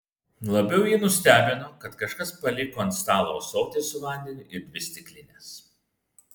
labiau jį nustebino kad kažkas paliko ant stalo ąsotį su vandeniu ir dvi stiklines